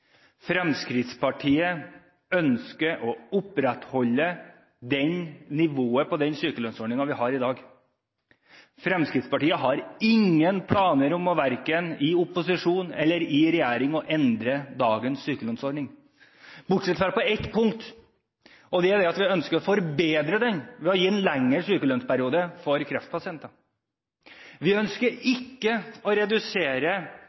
Fremskrittspartiet ønsker å opprettholde det nivået på sykelønnsordningen som vi har i dag. Fremskrittspartiet har ingen planer om – verken i opposisjon eller i regjering – å endre dagens sykelønnsordning, bortsett fra på ett punkt: Vi ønsker å forbedre den ved å gi en lengre sykelønnsperiode for kreftpasienter. Vi ønsker ikke å redusere